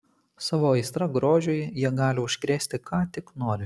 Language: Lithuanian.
savo aistra grožiui jie gali užkrėsti ką tik nori